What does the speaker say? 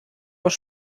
aus